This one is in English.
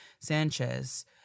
Sanchez